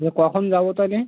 ও কখন যাবো তাহলে